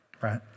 right